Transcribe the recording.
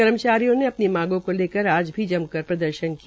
कर्मचारियों ने अपनी मांगों को लेकर आज भी जमकर प्रदर्शन किया